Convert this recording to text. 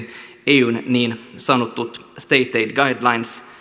eun niin sanotut state aid guidelines